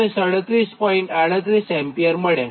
38 ampere મળે